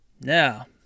Now